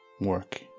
work